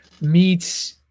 meets